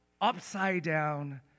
upside-down